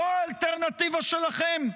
זו האלטרנטיבה שלכם?